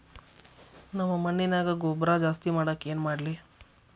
ನಮ್ಮ ಮಣ್ಣಿನ್ಯಾಗ ಗೊಬ್ರಾ ಜಾಸ್ತಿ ಮಾಡಾಕ ಏನ್ ಮಾಡ್ಲಿ?